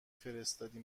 فرستادی